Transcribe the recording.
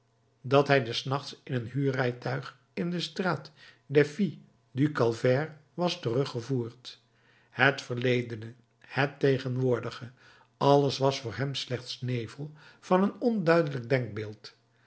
dat hij des nachts in een huurrijtuig in de straat des filles du calvaire was teruggevoerd het verledene het tegenwoordige alles was voor hem slechts nevel van een onduidelijk denkbeeld